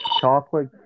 chocolate